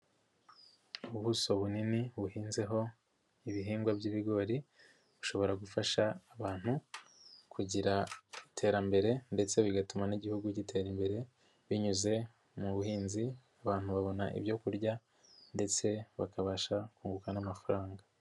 Ubuso bunini buhinzeho ibihingwa by'ibigori bushobora gufasha abantu kugira iterambere ndetse bigatuma n'Igihugu gitera imbere binyuze mu buhinzi abantu babona ibyo kurya ndetse bakabasha kunguka n'amafaranga.